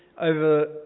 over